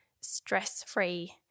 stress-free